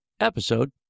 episode